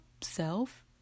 self